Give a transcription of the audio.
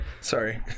Sorry